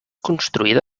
construïda